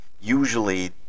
usually